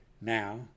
now